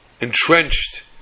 entrenched